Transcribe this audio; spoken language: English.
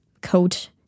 coat